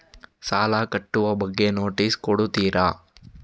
ಸಾಲ ಕಟ್ಟುವ ಬಗ್ಗೆ ನೋಟಿಸ್ ಕೊಡುತ್ತೀರ?